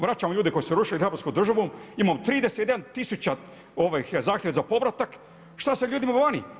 Vraćamo ljude koji su rušili hrvatsku državu, imamo … tisuća zahtjeva za povratak, šta sa ljudima vani?